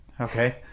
Okay